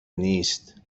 نیست